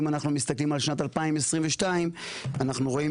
אם אנחנו מסתכלים על שנת 2022 אנחנו רואים